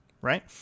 right